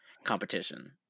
Competition